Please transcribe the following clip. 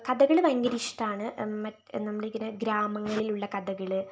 കഥകൾ ഭയങ്കര ഇഷ്ടമാണ് നമ്മൾ ഇങ്ങനെ ഗ്രാമങ്ങളിൽ ഉള്ള കഥകൾ